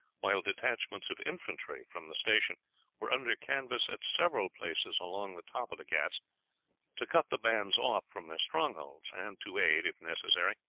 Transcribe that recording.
while detachments of infantry from the station were under canvas at several places along the top of the ghauts to cut the bands off from their strongholds, and to aid, if necessary,